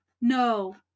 No